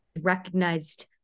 recognized